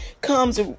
comes